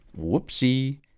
Whoopsie